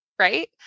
Right